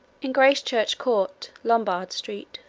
in gracechurch-court lombard-street